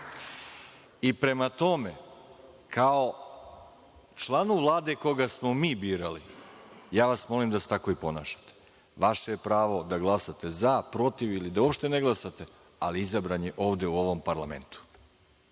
Prema tome, kao članu Vlade koga smo mi birali, ja vas molim da se tako i ponašate. Vaše je pravo da glasate za, protiv, ili da uopšte ne glasate, ali izabran je ovde u ovom parlamentu.